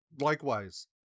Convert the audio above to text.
Likewise